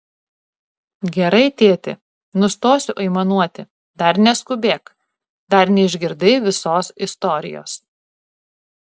gerai tėti nustosiu aimanuoti dar neskubėk dar neišgirdai visos istorijos